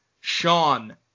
Sean